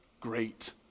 great